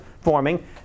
forming